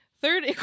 Third